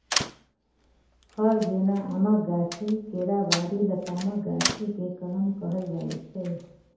फर जेना आमक गाछी, केराबारी, लतामक गाछी केँ कलम कहल जाइ छै